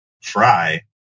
Fry